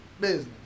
business